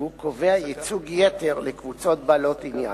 והוא קובע ייצוג יתר לקבוצות בעלות עניין.